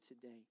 today